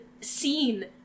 scene